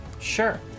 sure